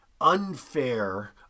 unfair